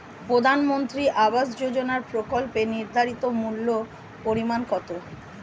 প্রধানমন্ত্রী আবাস যোজনার প্রকল্পের নির্ধারিত মূল্যে পরিমাণ কত?